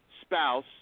spouse